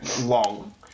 long